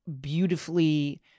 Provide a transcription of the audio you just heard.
beautifully